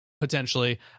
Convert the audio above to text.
potentially